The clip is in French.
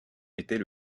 était